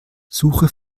suche